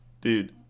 dude